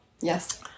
Yes